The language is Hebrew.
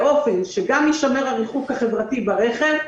באופן שגם יישמר הריחוק החברתי ברכב,